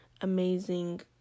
amazing